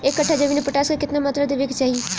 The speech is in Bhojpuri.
एक कट्ठा जमीन में पोटास के केतना मात्रा देवे के चाही?